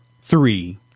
three